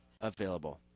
available